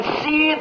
see